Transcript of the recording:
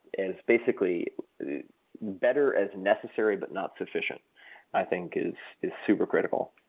as basically better as necessary but not sufficient i think is is super-critical.